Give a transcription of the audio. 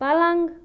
پلنٛگ